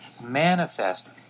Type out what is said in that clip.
manifest